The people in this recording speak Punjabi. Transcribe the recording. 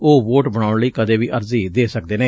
ਉਹ ਵੋਟ ਬਣਾਉਣ ਲਈ ਕਦੇ ਵੀ ਅਰਜ਼ੀ ਦੇ ਸਕਦੇ ਨੇ